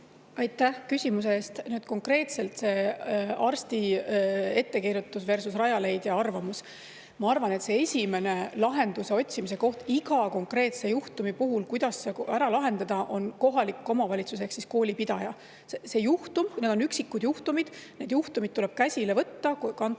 Aitäh küsimuse eest! Nüüd, konkreetselt see arsti ettekirjutusversusRajaleidja arvamus. Ma arvan, et esimene lahenduse otsimise koht iga konkreetse juhtumi puhul, kuidas see ära lahendada, on kohalik omavalitsus ehk koolipidaja. Need on üksikud juhtumid, need juhtumid tuleb käsile võtta.